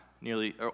nearly